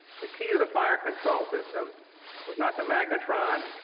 the key to the fire control system was not the magnetron,